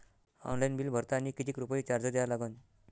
Online bill भरतानी कितीक रुपये चार्ज द्या लागन?